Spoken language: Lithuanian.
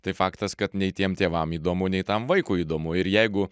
tai faktas kad nei tiem tėvam įdomu nei tam vaikui įdomu ir jeigu